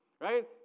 right